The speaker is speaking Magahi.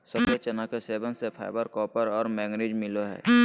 सफ़ेद चना के सेवन से फाइबर, कॉपर और मैंगनीज मिलो हइ